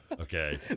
Okay